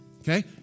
okay